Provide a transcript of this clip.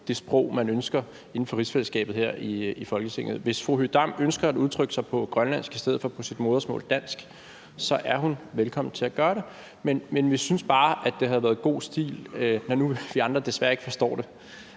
det sprog, man ønsker, inden for rigsfællesskabet, her i Folketinget. Hvis fru Aki-Matilda Høegh-Dam ønsker at udtrykke sig på grønlandsk i stedet for på sit modersmål, dansk, så er hun velkommen til at gøre det. Men vi synes bare, at det havde været god stil og måske også praktisk, når nu vi andre desværre ikke forstår det,